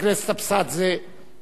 ואחריה, נסים זאב,